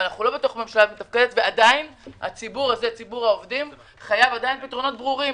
אבל אנחנו לא בתוך ממשלה מתפקדת וציבור העובדים חייב פתרונות ברורים,